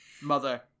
Mother